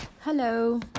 Hello